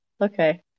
okay